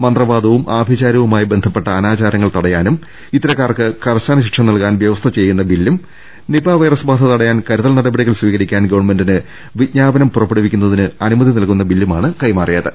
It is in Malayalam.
മന്ത്രവാദവും ആഭിചാരവുമായി ബന്ധപ്പെട്ട അനാചാരങ്ങൾ തടയാനും ഇത്തരക്കാർക്ക് കർശന ശിക്ഷ നൽകാൻ വ്യവസ്ഥ ചെയ്യുന്ന ബില്ലും നിപ വൈറസ് ബാധ തടയാൻ കരുതൽ നടപടികൾ സ്വീകരിക്കാൻ ഗവൺമെന്റിന് വിജ്ഞാപനം പുറപ്പെടുവി ക്കാൻ അനുമതി നൽകുന്ന ബില്ലുമാണ് കൈമാറിയത്